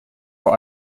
vor